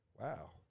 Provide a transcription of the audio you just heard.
Wow